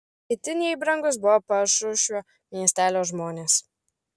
itin jai brangūs buvo pašušvio miestelio žmonės